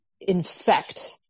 infect